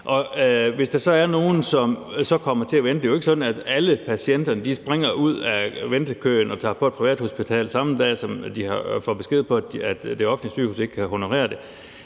kan det være, at nogle kommer til at vente. Det er jo ikke sådan, at alle patienterne springer ud af ventekøen og tager på et privathospital, samme dag som de får besked på, at de offentlige sygehuse ikke kan honorere det.